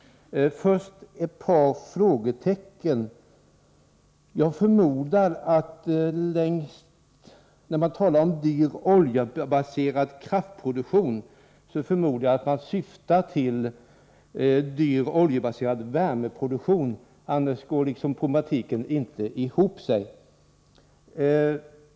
Först ett par frågetecken: När man talar om dyr oljebaserad kraftproduktion, förmodar jag att man syftar på dyr oljebaserad värmeproduktion, annars går liksom problematiken inte ihop.